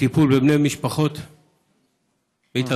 ולטיפול בבני משפחות מתאבדים.